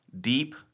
deep